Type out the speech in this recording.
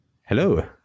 hello